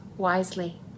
wisely